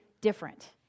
different